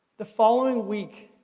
the following week,